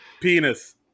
Penis